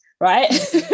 right